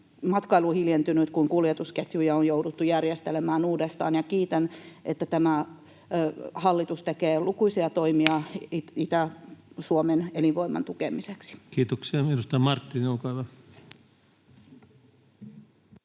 kuin kuljetukseen, kun kuljetusketjuja on jouduttu järjestelemään uudestaan. Kiitän, kun tämä hallitus tekee lukuisia toimia Itä-Suomen elinvoiman tukemiseksi. Kiitoksia. — Edustaja Marttinen, olkaa hyvä.